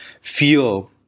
feel